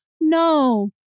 no